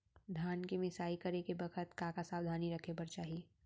धान के मिसाई करे के बखत का का सावधानी रखें बर चाही?